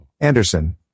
Anderson